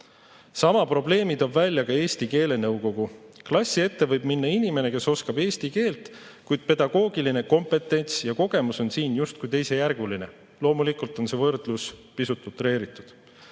probleemi toob välja ka Eesti keelenõukogu. Klassi ette võib minna inimene, kes oskab eesti keelt, kuid pedagoogiline kompetents ja kogemus on siin justkui teisejärguline. Loomulikult on see võrdlus pisut utreeritud.